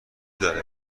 داره